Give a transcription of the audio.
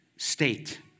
State